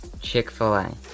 Chick-fil-A